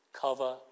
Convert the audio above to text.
cover